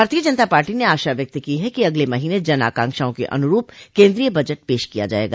भारतीय जनता पार्टी ने आशा व्यक्त की है कि अगले महीने जन आकांक्षाओं के अनुरूप केन्द्रीय बजट पेश किया जाएगा